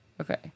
Okay